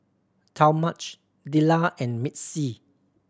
Talmadge Lilah and Misti